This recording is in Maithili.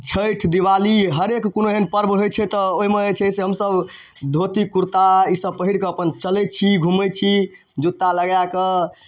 छठि दिवाली हरेक एहन कोनो पर्व होइ छै तऽ ओहिमे जे छै से हमसब धोती कुरता ईसब पहिरकऽ हमसब अपन चलै छी घुमै छी जुत्ता लगाकऽ